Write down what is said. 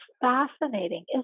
fascinating